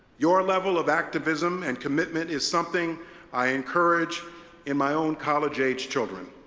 your level of activism and commitment is something i encourage in my own college-age children.